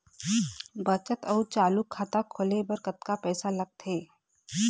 बचत अऊ चालू खाता खोले बर कतका पैसा लगथे?